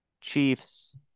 Chiefs